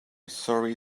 sorry